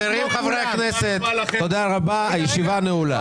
חברים חברי הכנסת, תודה רבה, הישיבה נעולה.